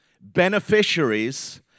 beneficiaries